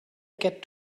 get